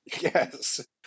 Yes